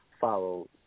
follow